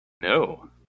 No